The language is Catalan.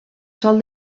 sol